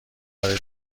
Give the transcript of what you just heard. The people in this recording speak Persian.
برای